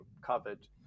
covered